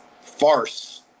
farce